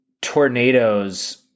tornadoes